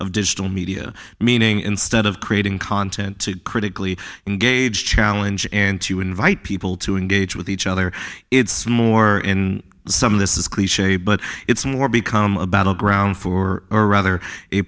of digital media meaning instead of creating content to critically and gauge challenge and to invite people to engage with each other it's more in some of this is clich but it's more become a battleground for a rather a